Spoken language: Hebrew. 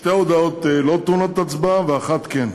שתי הודעות לא טעונות הצבעה ואחת כן.